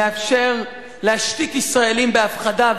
מאפשר להשתיק ישראלים בהפחדה.